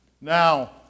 Now